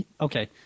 Okay